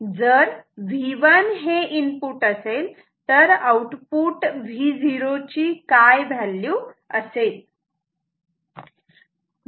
जर V1 हे input असेल तर आउटपुट Vo ची काय व्हॅल्यू असेल